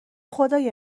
خدای